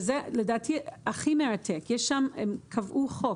וזה לדעתי הכי מרתק, הם קבעו חוק: